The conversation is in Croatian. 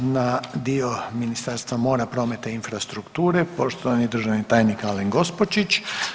Idemo na dio Ministarstva mora, prometa i infrastrukture, poštovani državni tajnik Alen Gospočić.